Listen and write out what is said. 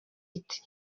iti